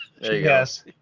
Yes